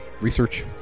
research